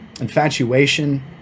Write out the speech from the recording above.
infatuation